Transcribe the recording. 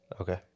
Okay